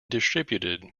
distributed